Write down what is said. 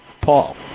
Paul